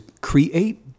create